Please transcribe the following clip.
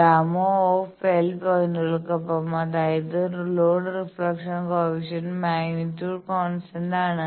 ∣Γ ∣ പോയിന്റുകൾക്കൊപ്പം അതായത് load reflection coefficient magnitude constant ആണ്